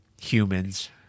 humans